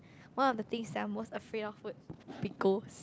one of the things that I'm most afraid of would be ghosts